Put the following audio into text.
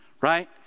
right